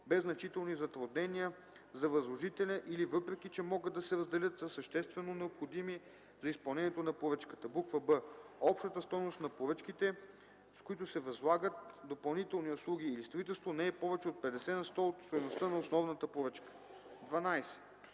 без значителни затруднения за възложителя или, въпреки че могат да се разделят, са съществено необходими за изпълнението на поръчката; б) общата стойност на поръчките, с които се възлагат допълнителни услуги или строителство, не е повече от 50 на сто от стойността на основната поръчка; 12.